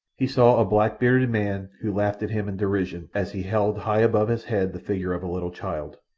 he saw a black-bearded man who laughed at him in derision as he held high above his head the figure of a little child.